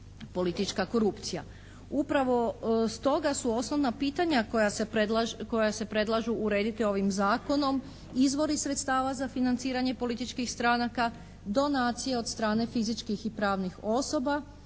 politička korupcija. Upravo stoga su osnovna pitanja koja se predlažu urediti ovim Zakonom izvori sredstava za financiranje političkih stranaka, donacije od strane fizičkih i pravnih osoba,